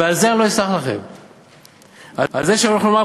ועל זה אני לא אסלח לכם,